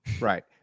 Right